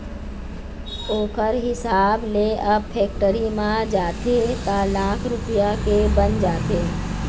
ओखर हिसाब ले अब फेक्टरी म जाथे त लाख रूपया के बन जाथे